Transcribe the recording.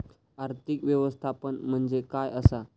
आर्थिक व्यवस्थापन म्हणजे काय असा?